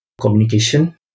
communication